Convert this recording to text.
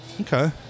Okay